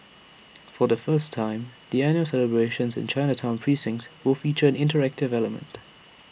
for the first time the annual celebrations in Chinatown precinct will feature an interactive element